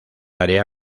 área